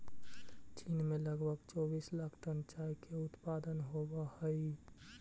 चीन में लगभग चौबीस लाख टन चाय के उत्पादन होवऽ हइ